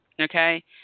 Okay